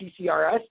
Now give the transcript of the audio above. TCRS